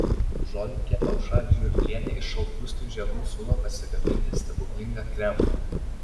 žolininkė aušra žvirblienė iš šalpusnių žiedų siūlo pasigaminti stebuklingą kremą